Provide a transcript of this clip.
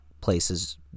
places